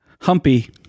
Humpy